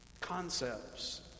concepts